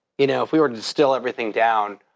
you know if we were to distill everything down,